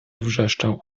wrzeszczał